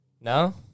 No